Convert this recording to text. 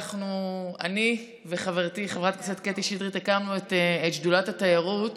אני וחברתי חברת הכנסת קטי שטרית הקמנו את שדולת התיירות,